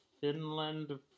Finland